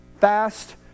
fast